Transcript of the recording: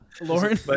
Lauren